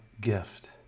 gift